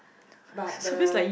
but the